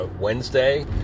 Wednesday